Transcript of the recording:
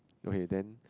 okay then